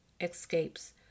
escapes